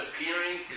appearing